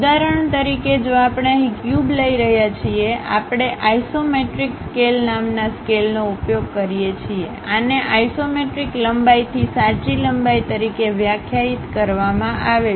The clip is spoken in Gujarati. ઉદાહરણ તરીકે જો આપણે અહીં ક્યુબ લઈ રહ્યા છીએ આપણે આઇસોમેટ્રિક સ્કેલ નામના સ્કેલનો ઉપયોગ કરીએ છીએ આને આઇસોમેટ્રિક લંબાઈથી સાચી લંબાઈ તરીકે વ્યાખ્યાયિત કરવામાં આવે છે